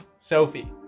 Sophie